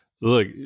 look